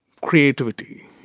creativity